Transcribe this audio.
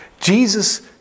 Jesus